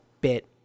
bit